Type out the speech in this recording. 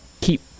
keep